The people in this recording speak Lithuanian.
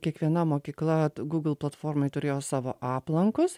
kiekviena mokykla google platformoj turėjo savo aplankus